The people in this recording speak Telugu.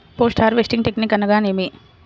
పోస్ట్ హార్వెస్టింగ్ టెక్నిక్ అనగా నేమి?